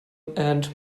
and